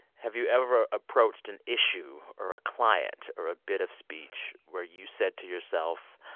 have you ever approached an issue or a client or a bit of speech where you said to yourself,